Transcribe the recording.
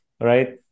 right